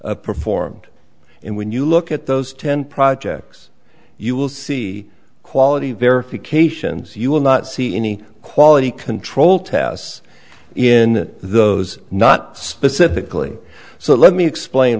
performed in when you look at those ten projects you will see quality verifications you will not see any quality control tests in those not specifically so let me explain